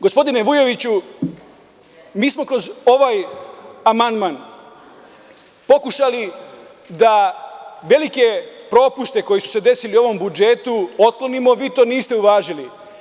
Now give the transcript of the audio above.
Gospodine Vujoviću, mi smo kroz ovaj amandman pokušali da velike propuste koji su se desili u ovom budžetu otklonimo, ali vi to niste uvažili.